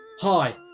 Hi